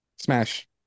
Smash